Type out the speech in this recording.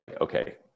okay